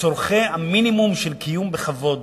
לצורכי המינימום של קיום בכבוד,